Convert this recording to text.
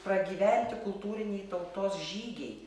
pragyventi kultūriniai tautos žygiai